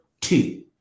two